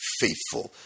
faithful